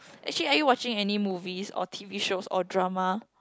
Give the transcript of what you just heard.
actually are you watching any movies or T_V shows or drama